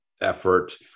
effort